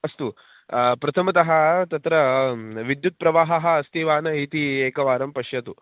अस्तु प्रथमतः तत्र विद्युत् प्रवाहः अस्ति वा न इति एकवारं पश्यतु